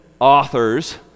Authors